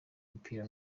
umupira